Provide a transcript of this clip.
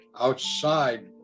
outside